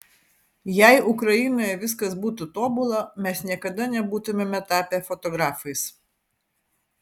jei ukrainoje viskas būtų tobula mes niekada nebūtumėme tapę fotografais